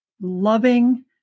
loving